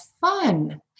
fun